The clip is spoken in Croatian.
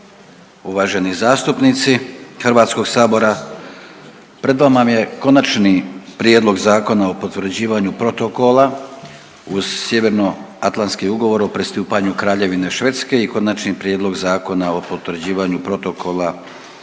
uvaženi zastupnici HS, pred vama je Konačni prijedlog Zakona o potvrđivanju protokola uz Sjeveroatlantski ugovor o pristupanju Kraljevine Švedske i Konačni prijedlog Zakona o potvrđivanju protokola